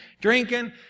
drinking